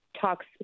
talks